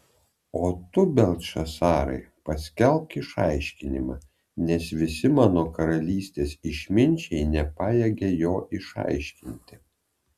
o tu beltšacarai paskelbk išaiškinimą nes visi mano karalystės išminčiai nepajėgia jo išaiškinti